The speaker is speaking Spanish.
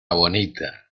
bonita